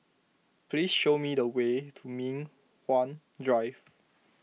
please show me the way to Mei Hwan Drive